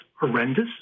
horrendous